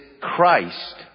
Christ